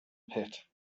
pit